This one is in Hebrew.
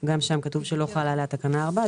גם שם כתוב שלא חלה עליה תקנה 4,